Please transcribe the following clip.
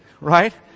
right